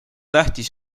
tähtis